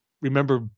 remember